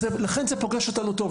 לכן זה פוגש אותנו טוב.